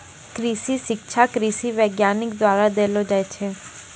कृषि शिक्षा कृषि वैज्ञानिक द्वारा देलो जाय छै